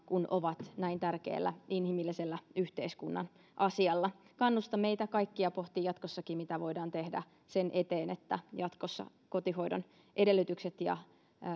kun ovat näin tärkeällä inhimillisellä yhteiskunnan asialla kannustan meitä kaikkia pohtimaan jatkossakin mitä voidaan tehdä sen eteen että kotihoidon